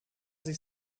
sich